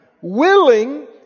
Willing